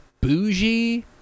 bougie